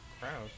crowd